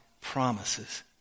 promises